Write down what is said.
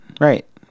right